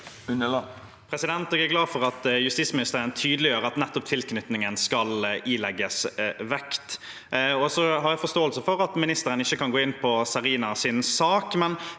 Jeg er glad for at justisministeren tydeliggjør at nettopp tilknytningen skal ilegges vekt, og jeg har forståelse for at ministeren ikke kan gå inn på Zarinas sak.